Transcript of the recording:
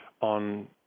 on